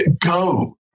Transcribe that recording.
Go